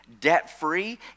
debt-free